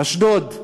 אשדוד,